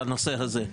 בנושא הזה.